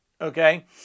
okay